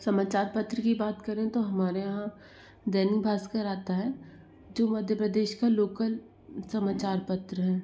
समाचार पत्र की बात करें तो हमारे यहाँ दैनिक भास्कर आता है जो मध्य प्रदेश का लोकल समाचार पत्र है